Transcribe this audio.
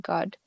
God